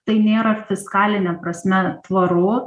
tai nėra fiskaline prasme tvaru